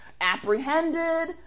apprehended